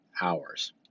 hours